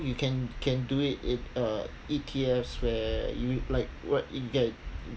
you can can do it in uh E_T_Fs where you like what you get